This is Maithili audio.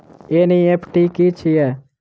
एन.ई.एफ.टी की छीयै?